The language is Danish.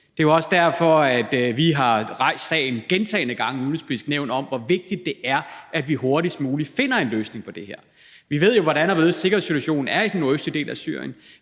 Det er også derfor, vi har rejst sagen gentagne gange i Det Udenrigspolitiske Nævn om, hvor vigtigt det er, at vi hurtigst muligt finder en løsning på det her. Vi ved jo, hvordan og hvorledes sikkerhedssituation er i den nordøstlige del af Syrien.